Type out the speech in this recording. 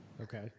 Okay